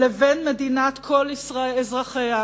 לבין מדינת כל אזרחיה,